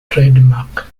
trademark